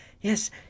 yes